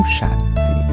Shanti